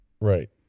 Right